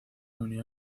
unió